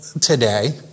today